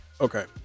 Okay